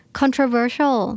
controversial